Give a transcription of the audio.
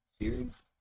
series